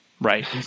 Right